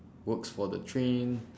works for the train